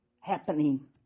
happening